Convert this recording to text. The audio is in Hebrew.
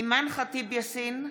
אימאן ח'טיב יאסין,